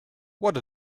what